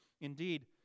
Indeed